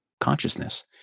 consciousness